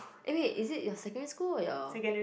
aye is it your secondary school or your